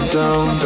down